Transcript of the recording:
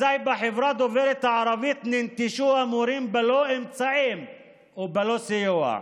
אזי בחברה דוברת הערבית ננטשו המורים בלא אמצעים ובלא סיוע.